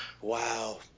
Wow